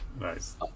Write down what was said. Nice